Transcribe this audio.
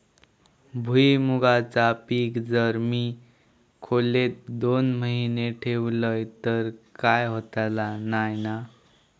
भुईमूगाचा पीक जर मी खोलेत दोन महिने ठेवलंय तर काय होतला नाय ना?